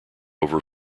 over